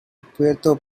puerto